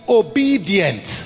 obedient